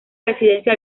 residencia